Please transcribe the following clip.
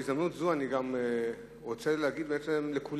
בהזדמנות זו אני גם רוצה להגיד לכולם